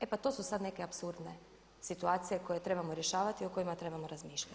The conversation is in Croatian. E pa to su sad neke apsurdne situacije koje trebamo rješavati i o kojima trebamo razmišljati.